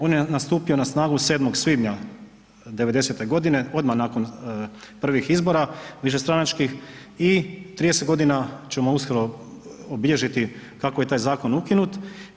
On je stupio na snagu 7. svibnja '90. godine odmah nakon prvih izbora, višestranačkih i 30 godina ćemo uskoro obilježiti kako je taj zakon ukinut.